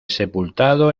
sepultado